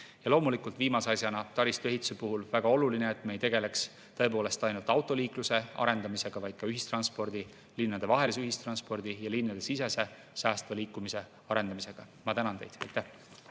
Loomulikult, viimase asjana, taristuehituse puhul on väga oluline, et me ei tegeleks ainult autoliikluse arendamisega, vaid ka ühistranspordi, linnadevahelise ühistranspordi ja linnasisese säästva liikumise arendamisega. Ma tänan teid. Austatud